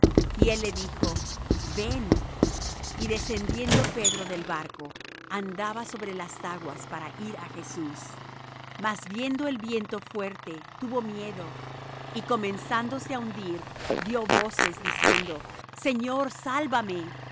y él dijo ven y descendiendo pedro del barco andaba sobre las aguas para ir á jesús mas viendo el viento fuerte tuvo miedo y comenzándose á hundir dió voces diciendo señor sálvame